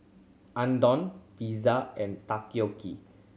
Unadon Pizza and Takoyaki